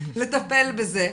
לטפל בזה.